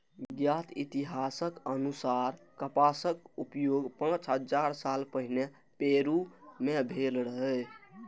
ज्ञात इतिहासक अनुसार कपासक उपयोग पांच हजार साल पहिने पेरु मे भेल रहै